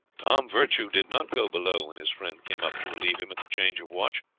tom virtue did not go below when his friend came up to relieve him at the change of watch,